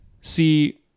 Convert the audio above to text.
see